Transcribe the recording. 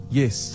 yes